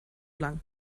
lang